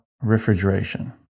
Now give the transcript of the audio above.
refrigeration